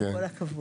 עם כל הכבוד,